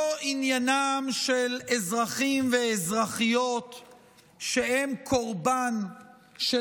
לא עניינם של אזרחים ואזרחיות שהם קורבן של